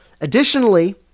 Additionally